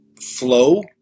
flow